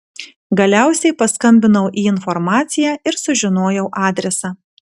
galiausiai paskambinau į informaciją ir sužinojau adresą